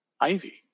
Ivy